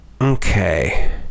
Okay